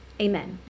amen